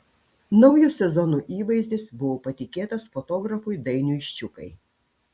naujo sezono įvaizdis buvo patikėtas fotografui dainiui ščiukai